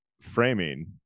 framing